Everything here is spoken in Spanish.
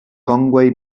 conway